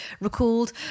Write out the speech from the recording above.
recalled